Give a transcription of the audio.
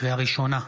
לקריאה ראשונה,